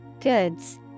Goods